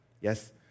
yes